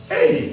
Hey